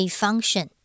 function